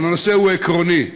אבל הנושא הוא עקרוני.